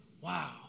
Wow